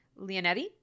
Leonetti